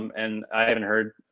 um and i haven't heard.